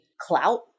clout